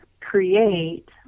create